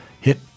hit